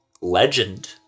legend